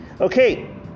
okay